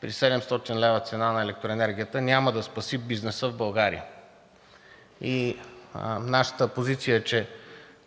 при 700 лв. цена на електроенергията няма да спаси бизнеса в България. Нашата позиция е, че